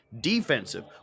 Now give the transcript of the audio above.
defensive